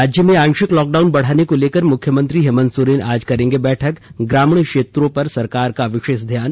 राज्य में आंशिक लॉकडाउन बढ़ाने को लेकर मुख्यमंत्री हेमंत सोरेन आज करेंगे बैठक ग्रामीण क्षेत्रों पर सरकार का विशेष ध्यान